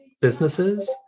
businesses